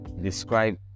describe